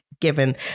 given